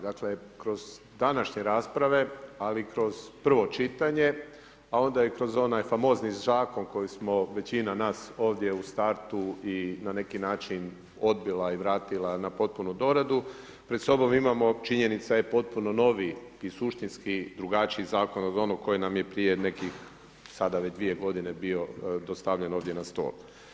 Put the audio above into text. Dakle, kroz današnje rasprave, ali i kroz prvo čitanje, a onda i kroz onaj famozni zakon koji smo većina nas ovdje u startu i na neki način odbila i vratila na potpunu doradu, pred sobom imamo, činjenica je, potpuno noviji i suštinski drugačiji Zakon od onog koji nam je prije nekih sada već 2 godine bio dostavljen ovdje na stol.